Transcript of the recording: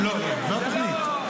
לא, לא, זו התוכנית.